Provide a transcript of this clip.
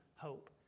hope